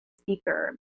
speaker